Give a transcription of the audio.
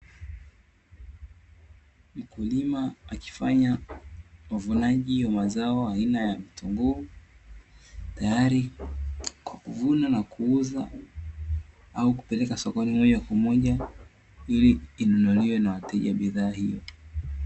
Mkulima akifanya uvunaji wa mazao aina ya vitunguu tayari kwa kuvuna na kuuza, au kupeleka sokoni moja kwa moja ili inunuliwe na wateja bidhaa hiyo.